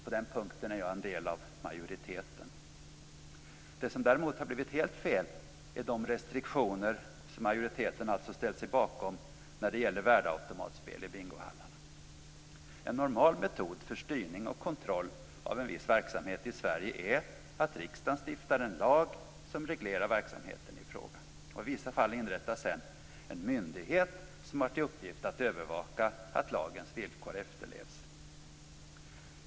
På den punkten är jag en del av majoriteten. Det som däremot har blivit helt fel är de restriktioner som majoriteten ställt sig bakom när det gäller värdeautomatspel i bingohallarna. En normal metod för styrning och kontroll av en viss verksamhet i Sverige är att riksdagen stiftar en lag som reglerar verksamheten i fråga. I vissa fall inrättas sedan en myndighet som har till uppgift att övervaka att lagens villkor efterlevs.